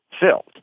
filled